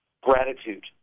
gratitude